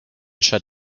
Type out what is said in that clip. shut